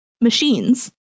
machines